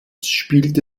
spielte